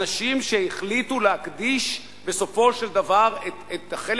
אנשים שהחליטו להקדיש בסופו של דבר את החלק